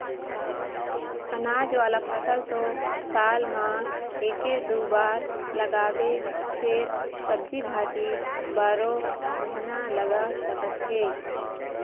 अनाज वाला फसल तो साल म एके दू बार लगाबे फेर सब्जी भाजी बारो महिना लगा सकत हे